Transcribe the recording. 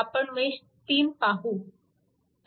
आपण मेश 3 पाहू